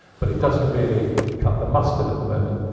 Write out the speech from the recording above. but it doesn't really cut the mustard at the moment,